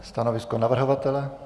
Stanovisko navrhovatele?